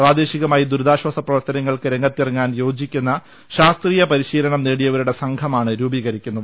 പ്രാദേശികമായി ദുരിതാശ്ചാസ പ്രവർത്തനങ്ങൾക്ക് രംഗത്തിറങ്ങാൻ യോജിക്കുന്ന ശാസ്ത്രീയ പരിശീ ലനം നേടിയവരുടെ സംഘമാണ് രൂപീകരിക്കുന്നത്